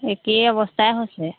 একেই অৱস্থাই হৈছে